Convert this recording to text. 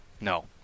No